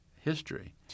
history